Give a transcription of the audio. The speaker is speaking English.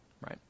right